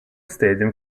stadium